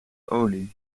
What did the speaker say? olie